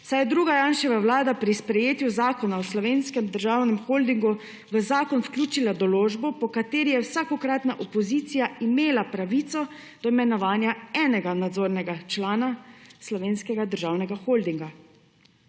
saj je druga Janševa vlada pri sprejetju Zakona o slovenskem državnem holdingu, v zakon vključila določbo, po kateri je vsakokratna opozicija imela pravico do imenovanja enega nadzornega člana Slovenskega državnega holdinga.